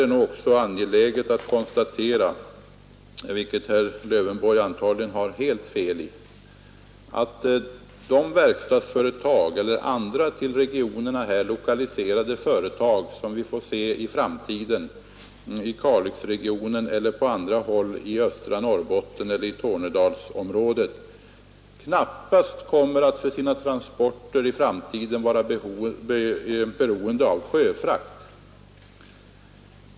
Det är angeläget att konstatera — och på den punkten har herr Lövenborg antagligen helt fel — att verkstadsföretag och andra till Kalixområdet, övriga östra Norrbotten och Tornedalsområdet lokaliserade företag i framtiden knappast kommer att för sina transporter vara beroende av sjöfart.